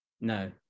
No